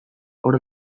hor